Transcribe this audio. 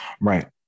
Right